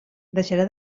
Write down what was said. deixarà